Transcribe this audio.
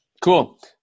Cool